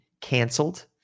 canceled